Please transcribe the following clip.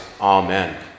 Amen